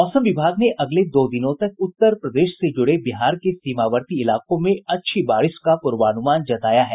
मौसम विभाग ने अगले दो दिनों तक उत्तर प्रदेश से जुड़े बिहार के सीमावर्ती इलाकों में अच्छी बारिश का पूर्वानुमान जताया है